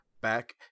back